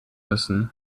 müssen